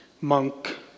monk